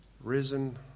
Risen